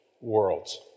worlds